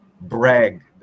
brag